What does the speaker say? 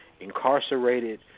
incarcerated